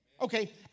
Okay